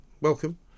welcome